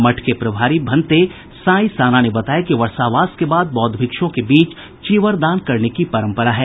मठ के प्रभारी भंते साईं साना ने बताया कि वर्षावास के बाद बौद्ध भिक्षुओं के बीच चीवरदान करने की परंपरा है